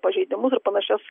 pažeidimus ir panašias